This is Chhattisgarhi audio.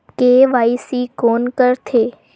के.वाई.सी कोन करथे?